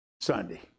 Sunday